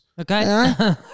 Okay